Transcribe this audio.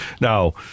Now